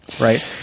Right